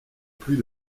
plus